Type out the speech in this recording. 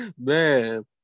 Man